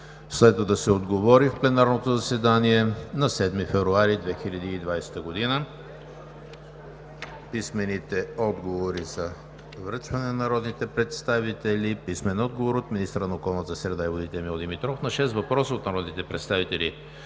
Следва да се отговори в пленарното заседание на 7 февруари 2020 г. Писмени отговори за връчване на народните представители от: - министъра на околната среда и водите Емил Димитров на шест въпроса от народните представители